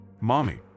Mommy